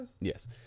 yes